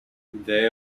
they